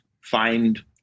find